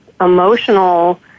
emotional